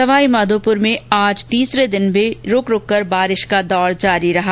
सवाईमाघोपुर में आज तीसरे दिन भी रुक रुक कर बारिश का दौर जारी रहा